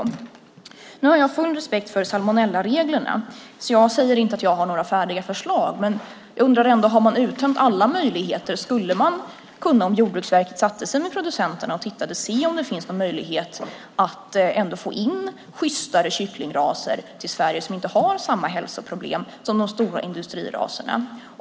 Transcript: Nu har jag full respekt för salmonellareglerna, så jag säger inte att jag har några färdiga förslag. Men jag undrar ändå: Har man uttömt alla möjligheter? Skulle man om Jordbruksverket satte sig med producenterna kunna se om det finns någon möjlighet att få in sjystare kycklingraser i Sverige som inte har samma hälsoproblem som de stora industriraserna?